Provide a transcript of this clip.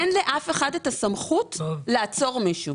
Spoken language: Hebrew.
לאף אחד אין את הסמכות לעצור מישהו.